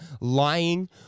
lying